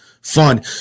fun